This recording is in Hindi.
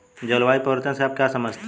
जलवायु परिवर्तन से आप क्या समझते हैं?